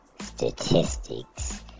statistics